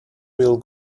will